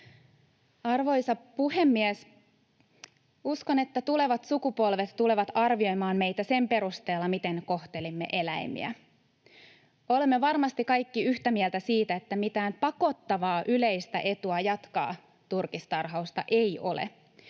Arvoisa puhemies! Uskon, että tulevat sukupolvet tulevat arvioimaan meitä sen perusteella, miten kohtelemme eläimiä. Olemme varmasti kaikki yhtä mieltä siitä, että mitään pakottavaa yleistä etua jatkaa turkistarhausta ei ole.